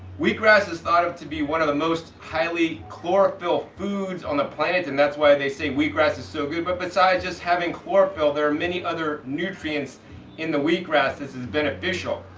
wheatgrass is thought of to be one of the most highly chlorophyll foods on the planet. and that's why they say wheatgrass is so good. but besides just having chlorophyll, there are many other nutrients in the wheatgrass that is beneficial,